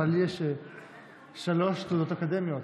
אבל יש לי שלוש תעודות אקדמיות.